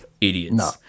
Idiots